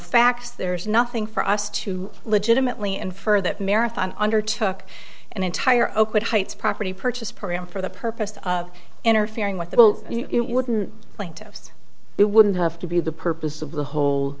facts there's nothing for us to legitimately infer that marathon under took an entire oakwood heights property purchase program for the purpose of interfering with the well you wouldn't plaintiffs it wouldn't have to be the purpose of the whole